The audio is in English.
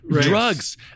drugs